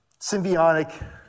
symbiotic